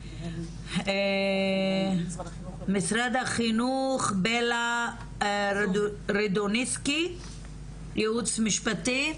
משרד החינוך בלה רדונסקי ייעוץ משפטי.